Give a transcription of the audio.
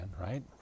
right